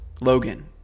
Logan